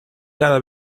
cada